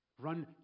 Run